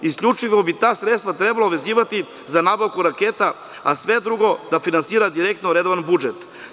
Isključivo bi ta sredstva trebalo vezivati za nabavku raketa, a sve drugo da finansira direktno redovan budžet.